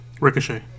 Ricochet